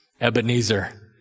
Ebenezer